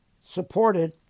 supported